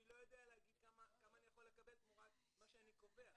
לא יודע להגיד כמה אני יכול לקבל תמורת מה שאני קובע.